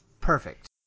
Perfect